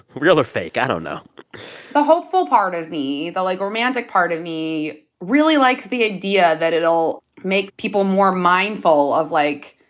real or fake, i don't know the hopeful part of me, the, like, romantic part of me really likes the idea that it'll make people more mindful of, like,